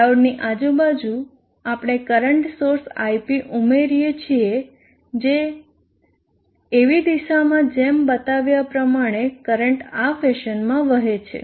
ડાયોડની આજુબાજુ આપણે current source ip ઉમેરીએ છીએ જે એવી દિશામાં જેમ બતાવ્યા પ્રમાણે કરંટ આ ફેશનમાં વહે છે